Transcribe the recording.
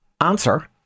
Answer